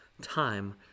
time